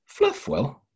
Fluffwell